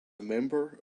member